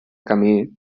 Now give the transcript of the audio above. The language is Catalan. camí